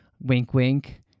wink-wink